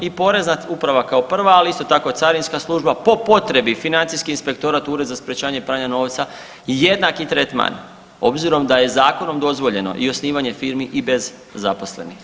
I Porezna uprava kao prva, ali isto tako carinska služba po potrebi financijski inspektorat, Ured za sprječavanje pranja novca, jednaki tretman obzirom da je je zakonom dozvoljeno i osnivanje firmi i bez zaposlenih.